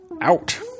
out